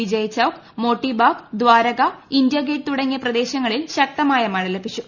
വിജയ് ചൌക് മോട്ടി ബാക ദ്വാരക ഇന്ത്യാഗേറ്റ് തുടങ്ങിയ പ്രദേശങ്ങളിൽ ശക്തമായ മഴ ലഭിച്ചു